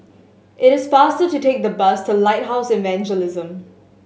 it is faster to take the bus to Lighthouse Evangelism